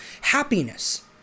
Happiness